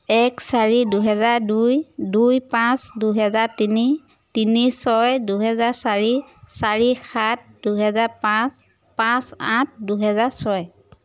এক চাৰি দুহেজাৰ দুই দুই পাঁচ দুহেজাৰ তিনি তিনি ছয় দুহেজাৰ চাৰি চাৰি সাত দুহেজাৰ পাঁচ পাঁচ আঠ দুহেজাৰ ছয়